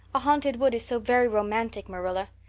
a haunted wood is so very romantic, marilla.